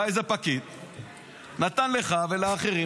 בא איזה פקיד ונתן לך ולאחרים,